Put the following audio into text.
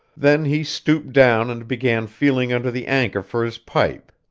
then he stooped down and began feeling under the anchor for his pipe.